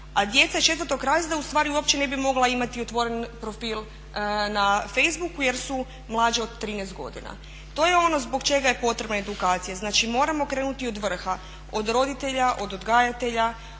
A djeca iz 4. razreda ustvari uopće ne bi mogla imati otvoren profil na facebooku jer su mlađe od 13 godina. To je ono zbog čega je potrebna edukacija. Znači moramo krenuti od vrha, od roditelja, od odgajatelja,